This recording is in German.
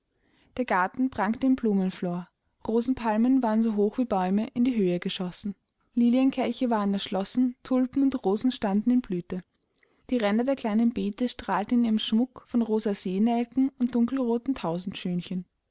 der garten prangte im blumenflor rosenpalmen waren so hoch wie bäume in die höhe geschossen lilienkelche waren erschlossen tulpen und rosen standen in blüte die ränder der kleinen beete strahlten in ihrem schmuck von rosa seenelken und dunkelroten